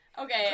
Okay